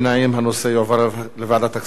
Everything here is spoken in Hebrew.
הנושא יועבר לוועדת הכספים.